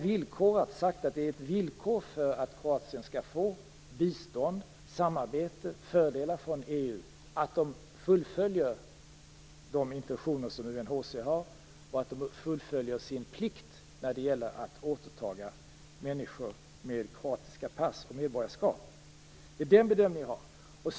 Vi har sagt, att för att Kroatien skall få bistånd, samarbete och fördelar från EU är det ett villkor att man fullföljer de intentioner som UNHCR har och att man fullgör sin plikt när det gäller att återta människor med kroatiska pass och medborgarskap. Detta är den bedömning vi har gjort.